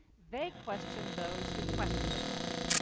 they question those who question authority.